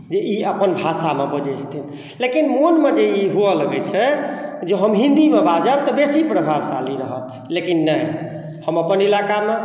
ई अपन भाषामे बजै छथिन लेकिन मोनमे जे ई हुअए लगै छै जे हम हिन्दीमे बाजब तऽ बेसी प्रभावशाली रहत लेकिन नहि हम अपन इलाकामे